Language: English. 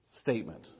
statement